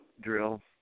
drill